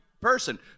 person